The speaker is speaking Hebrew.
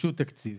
תבקשו תקציב